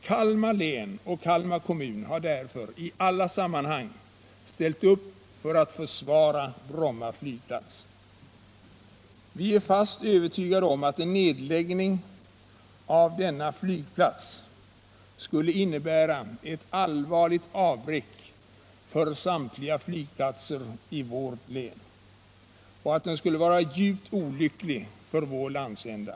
Kalmar län och Kalmar kommun har därför i alla sammanhang ställt upp för att försvara Bromma flygplats. Vi är fast övertygade om att en nedläggning av denna flygplats skulle innebära ett allvarligt avbräck för samtliga flygplatser i vårt län och att en sådan skulle vara synnerligen = Nr 53 olycklig för vår landsända.